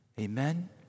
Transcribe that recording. Amen